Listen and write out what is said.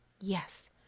Yes